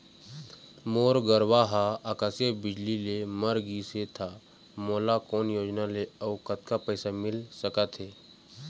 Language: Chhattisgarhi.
मोर गरवा हा आकसीय बिजली ले मर गिस हे था मोला कोन योजना ले अऊ कतक पैसा मिल सका थे?